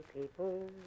people